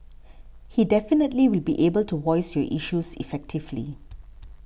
he definitely will be able to voice your issues effectively